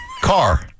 Car